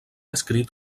escrit